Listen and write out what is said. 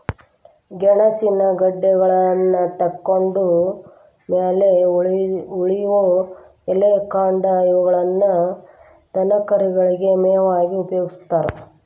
ಗೆಣಸಿನ ಗೆಡ್ಡೆಗಳನ್ನತಕ್ಕೊಂಡ್ ಮ್ಯಾಲೆ ಉಳಿಯೋ ಎಲೆ, ಕಾಂಡ ಇವುಗಳನ್ನ ದನಕರುಗಳಿಗೆ ಮೇವಾಗಿ ಉಪಯೋಗಸ್ತಾರ